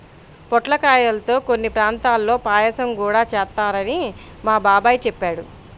పొట్లకాయల్తో కొన్ని ప్రాంతాల్లో పాయసం గూడా చేత్తారని మా బాబాయ్ చెప్పాడు